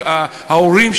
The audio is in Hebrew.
ההורים,